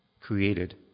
created